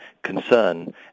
concern